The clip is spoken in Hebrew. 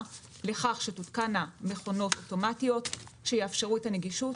לכך שתותקנה מכונות אוטומטיות שיאפשרו את הנגישות.